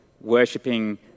worshipping